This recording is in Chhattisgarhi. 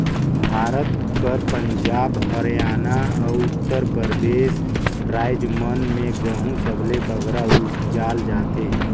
भारत कर पंजाब, हरयाना, अउ उत्तर परदेस राएज मन में गहूँ सबले बगरा उपजाल जाथे